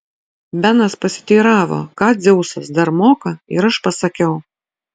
benas pasiteiravo ką dzeusas dar moka ir aš pasakiau